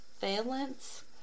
Valence